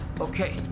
Okay